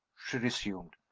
she resumed,